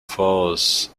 follows